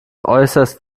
äußerst